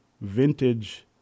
vintage